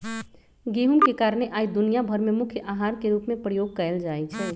गेहूम के कारणे आइ दुनिया भर में मुख्य अहार के रूप में प्रयोग कएल जाइ छइ